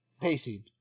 pacing